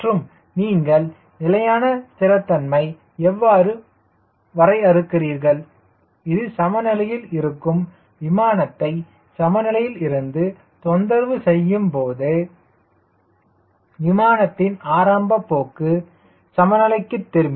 மற்றும் நீங்கள் நிலையான ஸ்திரத்தன்மையை எவ்வாறு வரையறுக்கிறீர்கள் இது சமநிலையில் இருக்கும் விமானத்தை சமநிலையிலிருந்து தொந்தரவு செய்யும்போது விமானத்தின் ஆரம்ப போக்கு ஆகும்